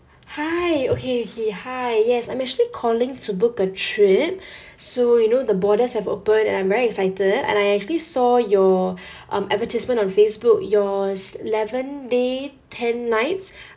hi okay okay hi yes I'm actually calling to book a trip so you know the borders have opened and I'm very excited and I actually saw your um advertisement on Facebook yours eleven days ten nights